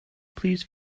please